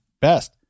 Best